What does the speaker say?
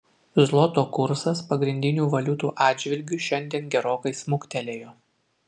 zloto kursas pagrindinių valiutų atžvilgiu šiandien gerokai smuktelėjo